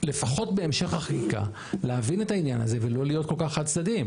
לפחות בהמשך החקיקה להבין את העניין הזה ולא להיות כל כך חד צדדי.